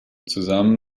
zusammen